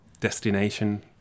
destination